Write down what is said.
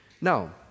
now